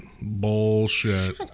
bullshit